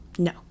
No